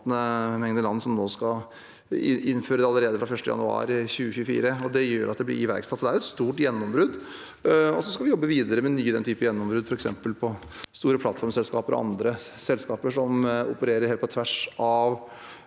som nå skal innføre det allerede fra 1. januar 2024. Det gjør at det blir iverksatt, så det er et stort gjennombrudd. Så skal vi jobbe videre med nye gjennombrudd av den typen, f.eks. for store plattformselskaper og andre selskaper som opererer på tvers av